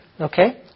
okay